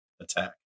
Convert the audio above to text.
attack